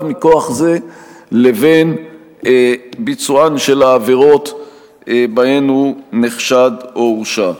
מכוח זה לבין ביצוען של העבירות שבהן הוא נחשד או הורשע.